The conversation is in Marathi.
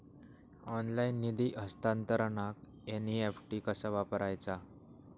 ऑनलाइन निधी हस्तांतरणाक एन.ई.एफ.टी कसा वापरायचा?